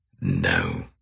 No